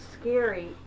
scary